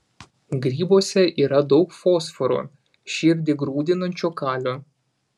grybuose yra daug fosforo širdį grūdinančio kalio